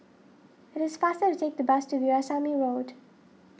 it is faster to take the bus to Veerasamy Road